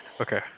Okay